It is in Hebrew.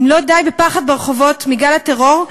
אם לא די בפחד ברחובות מגל הטרור,